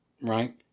right